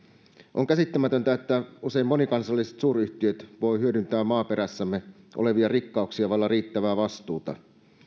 on käsittämätöntä että usein monikansalliset suuryhtiöt voivat hyödyntää maaperässämme olevia rikkauksia vailla riittävää vastuuta